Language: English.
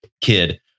kid